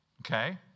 Okay